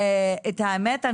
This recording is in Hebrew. את האמת,